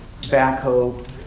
backhoe